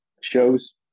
shows